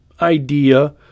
idea